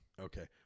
Okay